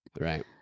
Right